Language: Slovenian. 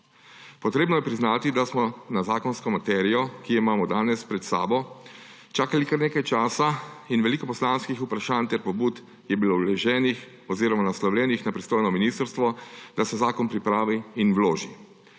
Treba je priznati, da smo na zakonsko materijo, ki jo imamo danes pred sabo, čakali kar nekaj časa, in veliko poslanskih vprašanj ter pobud je bilo vloženih oziroma naslovljenih na pristojno ministrstvo, da se zakon pripravi in vloži.